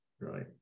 right